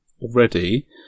already